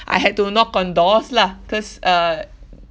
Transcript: I had to knock on doors lah because uh